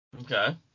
okay